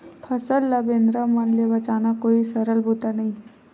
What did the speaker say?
फसल ल बेंदरा मन ले बचाना कोई सरल बूता नइ हे